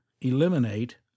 eliminate